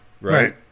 right